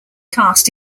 cast